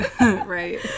Right